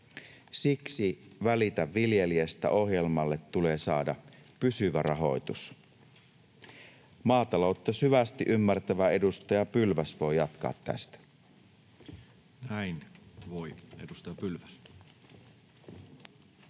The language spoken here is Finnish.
Siksi Välitä viljelijästä ‑ohjelmalle tulee saada pysyvä rahoitus. Maataloutta syvästi ymmärtävä edustaja Pylväs voi jatkaa tästä. [Speech 145]